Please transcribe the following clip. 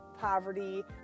poverty